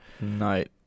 night